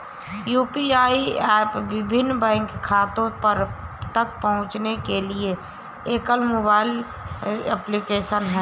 UPI app विभिन्न bank खातों तक पहुँचने के लिए एकल मोबाइल एप्लिकेशन है